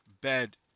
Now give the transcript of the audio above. bed